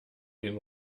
den